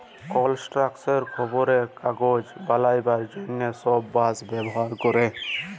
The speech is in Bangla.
কলস্ট্রাকশলে, খাবারে, কাগজ বালাবার জ্যনহে ছব বাঁশ ব্যাভার ক্যরে